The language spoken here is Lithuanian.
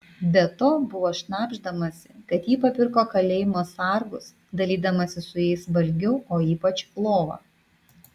be to buvo šnabždamasi kad ji papirko kalėjimo sargus dalydamasi su jais valgiu o ypač lova